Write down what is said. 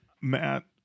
Matt